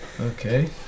Okay